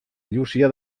llúcia